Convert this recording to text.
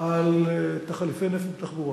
על תחליפי נפט לתחבורה.